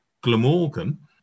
Glamorgan